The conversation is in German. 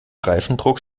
reifendruck